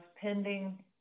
pending